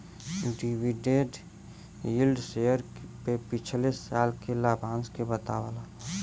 dividend yield share पे पिछले साल के लाभांश के बतावला